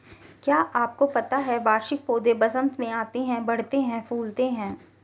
क्या आपको पता है वार्षिक पौधे वसंत में आते हैं, बढ़ते हैं, फूलते हैं?